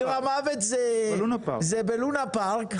קיר המוות זה בלונה פארק,